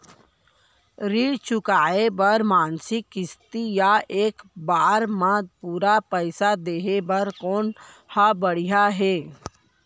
ऋण चुकोय बर मासिक किस्ती या एक बार म पूरा पइसा देहे म कोन ह बढ़िया हे?